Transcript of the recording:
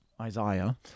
Isaiah